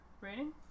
rating